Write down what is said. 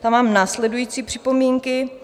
Tam mám následující připomínky.